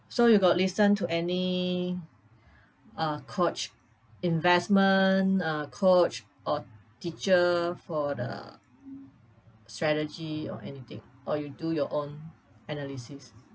so you got listen to any uh coach investment uh coach or teacher for the strategy or anything or you do your own analysis